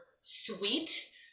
sweet